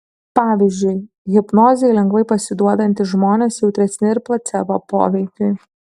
pavyzdžiui hipnozei lengvai pasiduodantys žmonės jautresni ir placebo poveikiui